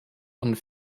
und